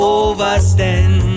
overstand